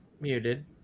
muted